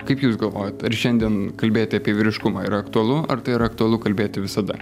kaip jūs galvojat ar šiandien kalbėti apie vyriškumą yra aktualu ar tai yra aktualu kalbėti visada